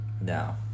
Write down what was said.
Now